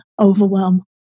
overwhelm